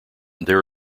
there